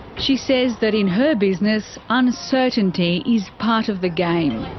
she says that in her business uncertainty is part of the game.